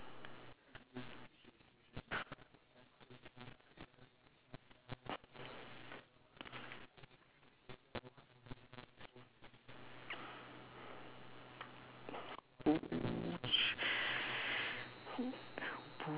mm